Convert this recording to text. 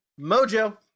Mojo